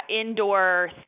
indoor